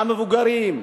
המבוגרים,